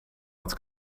het